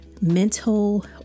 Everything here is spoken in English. Mental